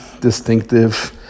distinctive